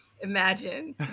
imagine